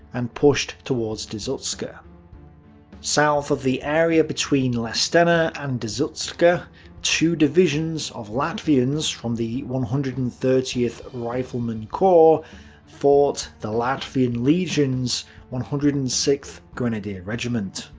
and pushed towards dzukste. so yeah south of the area between lestene ah and dzukste two divisions of latvians from the one hundred and thirtieth riflemen corps fought the latvian legion's one hundred and sixth grenadier regiment.